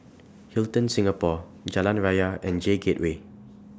Hilton Singapore Jalan Raya and J Gateway